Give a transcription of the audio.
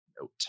note